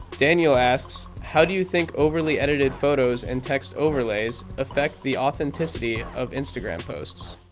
daniel asks, how do you think overly-edited photos and text overlays affect the authenticity of instagram posts?